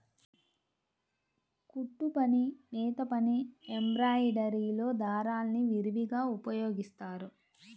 కుట్టుపని, నేతపని, ఎంబ్రాయిడరీలో దారాల్ని విరివిగా ఉపయోగిస్తారు